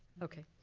okay,